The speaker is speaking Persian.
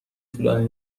طولانی